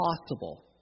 possible